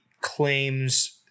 claims